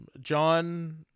John